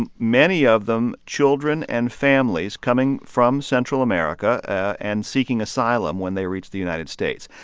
and many of them children and families, coming from central america and seeking asylum when they reach the united states.